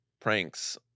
pranks